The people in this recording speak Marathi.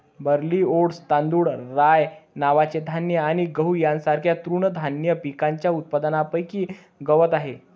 बार्ली, ओट्स, तांदूळ, राय नावाचे धान्य आणि गहू यांसारख्या तृणधान्य पिकांच्या उत्पादनापैकी गवत आहे